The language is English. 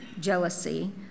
jealousy